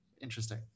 interesting